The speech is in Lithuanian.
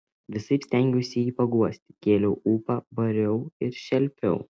visaip stengiausi jį paguosti kėliau ūpą bariau ir šelpiau